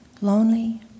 lonely